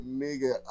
nigga